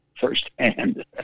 firsthand